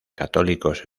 católicos